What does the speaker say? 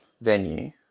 venue